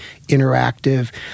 interactive